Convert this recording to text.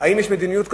אם יש מדיניות כזאת,